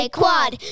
Quad